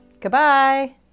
Goodbye